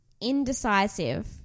Indecisive